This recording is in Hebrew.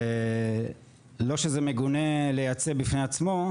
ולא שזה מגונה לייצא בפני עצמו,